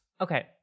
Okay